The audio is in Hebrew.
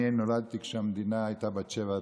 אני נולדתי כשהמדינה הייתה בת שבע,